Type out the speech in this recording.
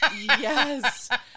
yes